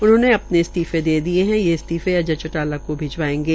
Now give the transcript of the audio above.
उन्होंने अपने इस्तीफे दे दिये है ये इस्तीफे अजय चौटाला को भिजवायेंगें